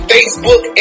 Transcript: Facebook